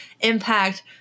impact